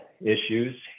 issues